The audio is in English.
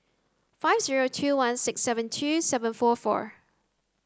five zero two one six seven two seven four four